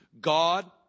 God